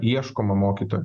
ieškoma mokytojų